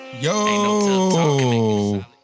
Yo